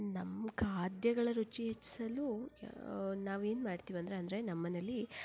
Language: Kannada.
ನಮ್ಮ ಖಾದ್ಯಗಳ ರುಚಿ ಹೆಚ್ಚಿಸಲು ನಾವು ಏನು ಮಾಡ್ತೀವಿ ಅಂದ್ರೆ ಅಂದರೆ ನಮ್ಮ ಮನೇಲ್ಲಿ